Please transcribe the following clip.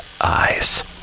eyes